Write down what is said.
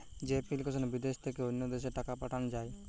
যে এপ্লিকেশনে বিদেশ থেকে অন্য দেশে টাকা পাঠান যায়